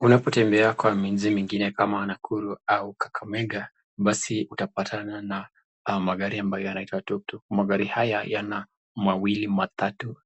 Unapotembea kwa mji zingine kama Kakamega, Nakuru utapatana na haya magari yanaitwa tuktuk magari haya yana miguu mawili matatu,